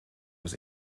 was